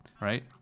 right